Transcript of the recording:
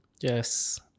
Yes